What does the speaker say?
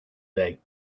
day